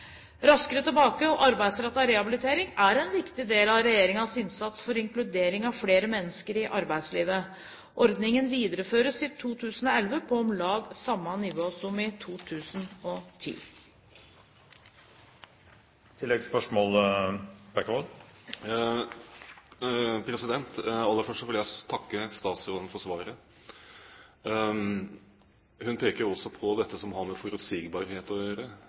Raskere tilbake og arbeidsrettet rehabilitering er en viktig del av regjeringens innsats for inkludering av flere mennesker i arbeidslivet. Ordningen videreføres derfor i 2011 på om lag samme nivå som i 2010. Aller først vil jeg takke statsråden for svaret. Hun peker bl.a. på dette som har med forutsigbarhet å gjøre,